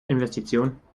investition